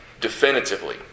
definitively